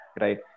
right